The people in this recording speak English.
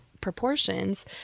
proportions